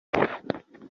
had